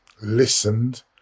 listened